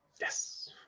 yes